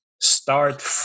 start